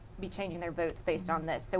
be changing their votes, based on this. so